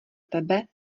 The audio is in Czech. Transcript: tebe